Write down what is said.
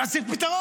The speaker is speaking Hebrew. אז צריך פתרון.